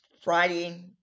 Friday